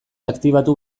aktibatu